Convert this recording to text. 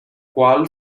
cual